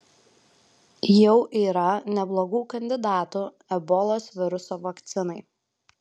jau yra neblogų kandidatų ebolos viruso vakcinai